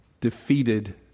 defeated